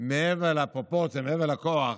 מעבר לפרופורציה, מעבר לכוח,